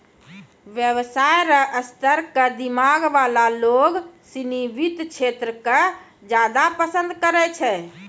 व्यवसाय र स्तर क दिमाग वाला लोग सिनी वित्त क्षेत्र क ज्यादा पसंद करै छै